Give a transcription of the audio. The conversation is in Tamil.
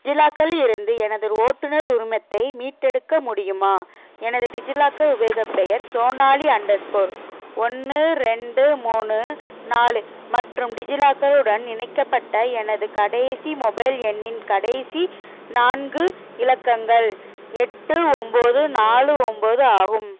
டிஜிலாக்கரில் இருந்து எனது ஓட்டுநர் உரிமத்தை மீட்டெடுக்க முடியுமா எனது டிஜிலாக்கர் உபயோகப் பெயர் சோனாலி அண்டர் ஸ்கோர் ஒன்று ரெண்டு மூணு நாலு மற்றும் டிஜிலாக்கருடன் இணைக்கப்பட்ட எனது கடைசி மொபைல் எண்ணின் கடைசி நான்கு இலக்கங்கள் எட்டு ஒன்பது நாலு ஒன்பது ஆகும்